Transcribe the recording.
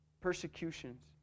persecutions